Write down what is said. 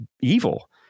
evil